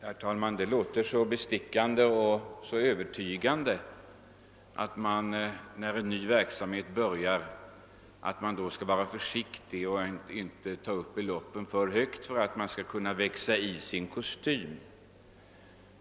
Herr talman! Det låter mycket bestickande och övertygande att vi skall vara försiktiga i början av denna nya verksamhet och inte ta till beloppet för högt, så att man i den nya verksamheten får växa in i kostymen.